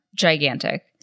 gigantic